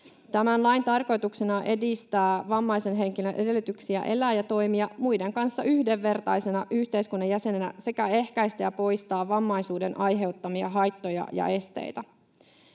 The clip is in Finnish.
Tämän lain tarkoituksena on edistää vammaisen henkilön edellytyksiä elää ja toimia muiden kanssa yhdenvertaisena yhteiskunnan jäsenenä sekä ehkäistä ja poistaa vammaisuuden aiheuttamia haittoja ja esteitä.